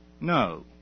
No